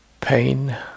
pain